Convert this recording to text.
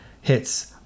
hits